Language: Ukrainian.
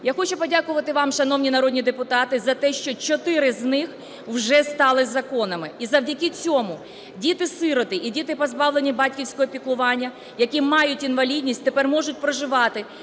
Я хочу подякувати вам, шановні народні депутати, за те, що 4 з них вже стали законами. І завдяки цьому діти-сироти і діти, позбавлені батьківського піклування, які мають інвалідність, тепер можуть проживати